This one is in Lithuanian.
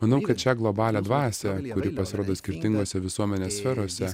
manau kad šią globalią dvasią kuri pasirodo skirtingose visuomenės sferose